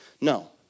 No